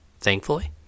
thankfully